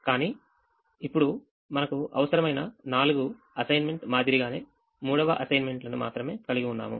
కాని ఇప్పుడు మనకు అవసరమైన నాలుగు అసైన్మెంట్ మాదిరిగానే మూడుఅసైన్మెంట్ లను మాత్రమే కలిగి ఉన్నాము